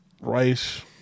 rice